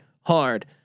hard